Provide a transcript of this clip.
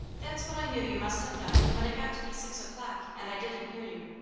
that's what i knew you must have done when it got to be six o'clock and i didn't hear you.